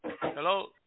Hello